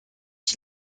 ich